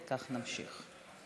וכך נמשיך.